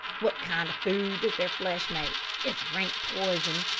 what kind of food does their flesh make? it's rank poison.